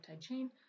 chain